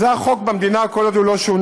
זה החוק במדינה, כל עוד הוא לא שונה.